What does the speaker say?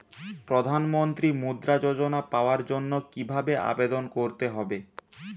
প্রধান মন্ত্রী মুদ্রা যোজনা পাওয়ার জন্য কিভাবে আবেদন করতে হবে?